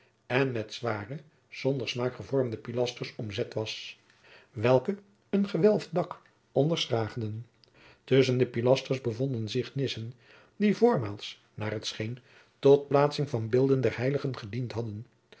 en met zware zonder smaak gevormde pilasters omzet was welke een gewelfd dak onderschraagden tusschen de pilasters bevonden zich nissen die voormaals naar t scheen tot plaatsing van beelden der heiligen gediend hadden